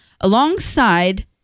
Alongside